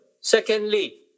Secondly